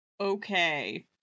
Okay